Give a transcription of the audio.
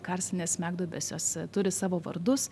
karstinės smegduobės jos turi savo vardus